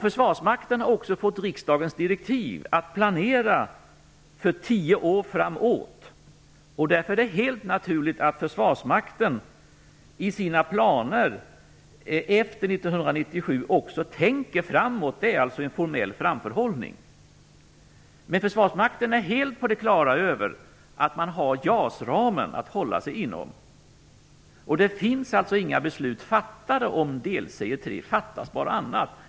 Försvarsmakten har också fått direktiv från riksdagen att planera för tio år framåt. Därför är det helt naturligt att försvarsmakten i sina planer efter 1997 också tänker framåt. Det är fråga om en formell framförhållning. Men försvarsmakten är helt på det klara med att den har JAS-ramen att hålla sig inom. Det finns alltså inga beslut fattade om delserie 3. Fattas bara annat!